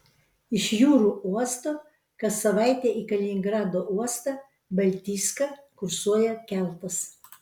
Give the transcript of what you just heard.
iš jūrų uosto kas savaitę į kaliningrado uostą baltijską kursuoja keltas